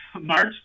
March